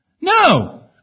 No